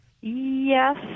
Yes